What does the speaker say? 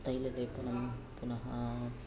तैललेपनं पुनः